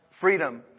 freedom